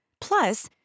Plus